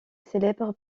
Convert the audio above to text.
célèbre